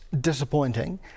disappointing